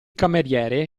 cameriere